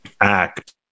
act